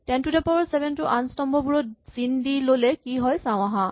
ten to the power seven টো আন স্তম্ভবোৰত চিন দি ল'লে কি হয় চাওঁ আহাঁ